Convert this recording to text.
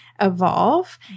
evolve